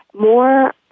more